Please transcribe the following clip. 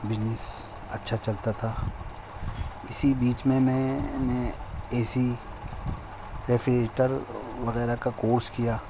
business اچھا چلتا تھا اسی بیچ میں میں نے اے سی ریفیجٹر وغیرہ کا کورس کیا